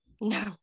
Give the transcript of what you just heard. No